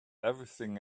everything